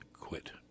quit